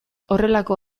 horrelako